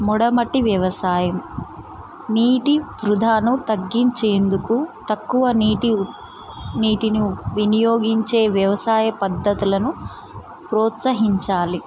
మొదటి వ్యవసాయం నీటి వృధాను తగ్గించేందుకు తక్కువ నీటి నీటిని వినియోగించే వ్యవసాయ పద్ధతులను ప్రోత్సహించాలి